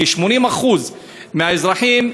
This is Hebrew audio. כי 80% מהאזרחים,